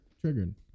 triggered